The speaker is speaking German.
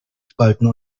spalten